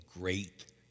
great